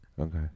Okay